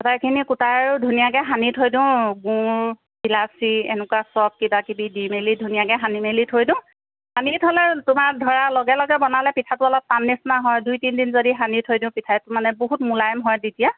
আটাইখিনি কুটাই আৰু ধুনীয়াকৈ সানি থৈ দিওঁ গুড় ইলাচী এনেকুৱা চফ কিবা কিবি দি মেলি ধুনীয়াকৈ সানি মেলি থৈ দিওঁ সানি থ'লে তোমাৰ ধৰা লগে লগে বনালে পিঠাটো অলপ টান নিচিনা হয় দুই তিনিদিন যদি সানি থৈ দিওঁ পিঠাই মানে বহুত মূলায়ম হয় তেতিয়া